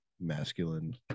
masculine